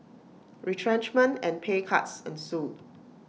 retrenchment and pay cuts ensued